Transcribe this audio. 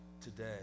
today